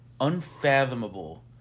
unfathomable